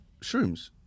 shrooms